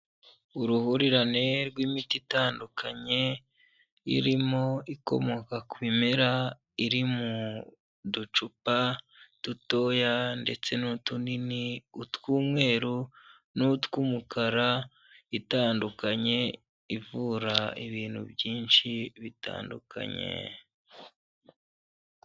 Uruhurirane rw'imiti itandukanye. Irimo ikomoka ku bimera iri mu ducupa dutoya ndetse n'utunini utw'umweru, n'utw'umukara itandukanye ivura ibintu byinshi bitandukanye.